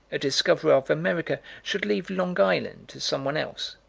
a discoverer of america should leave long island to someone else.